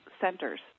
centers